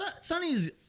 Sonny's